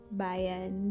bayan